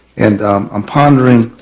and i'm pondering